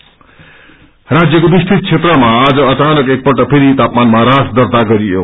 weather राज्यको विस्तृत क्षेत्रमा आज अचानक एकपल्ट फेरि तापमानमा ड्रास दर्ता गरियो